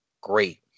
great